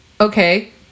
Okay